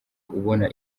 ubona